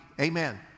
Amen